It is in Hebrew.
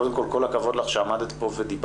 קודם כל, כל הכבוד לך שעמדת פה ודיברת.